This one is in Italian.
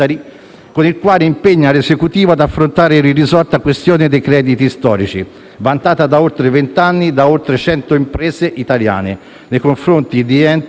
con il quale impegna l'Esecutivo ad affrontare l'irrisolta questione dei crediti storici vantati da oltre vent'anni da oltre 100 imprese italiane nei confronti di enti